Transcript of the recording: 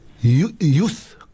youth